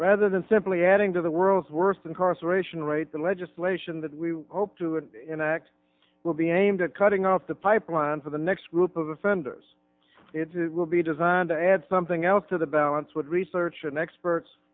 rather than simply adding to the world's worst incarceration rate the legislation that we hope will be aimed at cutting off the pipeline for the next group of offenders it will be designed to add something else to the balance what research and experts